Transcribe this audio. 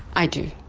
i do,